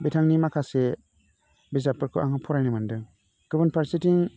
बिथांनि माखासे बिजाबफोरखौ आङो फरायनो मोनदों गुबुन फारसेथिं